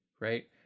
right